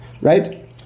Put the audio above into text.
right